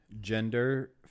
gender